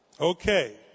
Okay